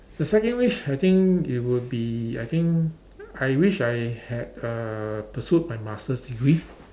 the second wish I think it will be I think I wish I had uh pursued my masters degree